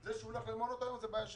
זה שהוא הולך למעונות היום זו בעיה שלו.